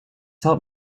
help